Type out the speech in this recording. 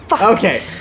Okay